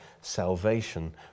salvation